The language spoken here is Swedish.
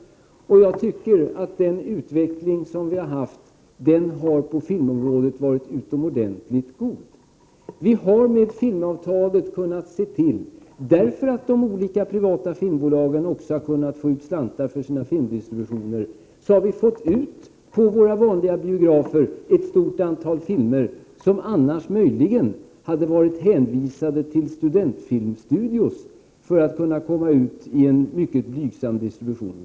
Jag tycker att den utveckling vi har haft på filmområdet har varit utomordentligt god. Vi har med filmavtalet kunnat se till att vi på våra vanliga biografer har fått ut ett stort antal filmer som annars möjligen hade varit hänvisade till studentfilmstudios för att kunna komma ut i en mycket blygsam distribution i vårt land. Dessa filmer har kunnat nå en större publik genom att olika privata filmbolag också har kunnat få ut slantar för sin filmdistribution.